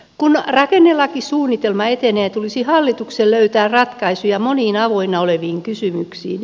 kun rakennelakisuunnitelma etenee tulisi hallituksen löytää ratkaisuja moniin avoinna oleviin kysymyksiin